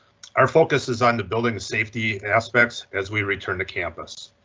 our focus is on the building safety aspects as we return to campus.